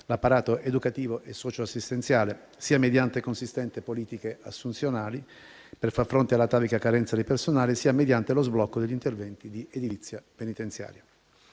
l'apparato educativo e socioassistenziale, sia mediante consistenti politiche assunzionali, per far fronte all'atavica carenza di personale, sia mediante lo sblocco degli interventi di edilizia penitenziaria.